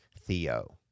Theo